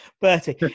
Bertie